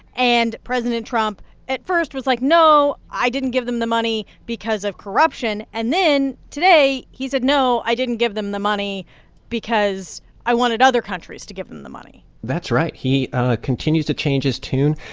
and president trump at first was like, no, i didn't give them the money because of corruption. and then today, he said, no, i didn't give them the money because i wanted other countries to give them the money that's right. he ah continues to change his tune.